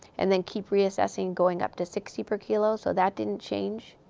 and then keep reassessing, going up to sixty per kilo. so that didn't change.